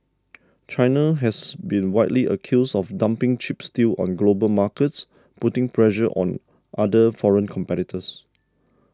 China has been widely accused of dumping cheap steel on global markets putting pressure on other foreign competitors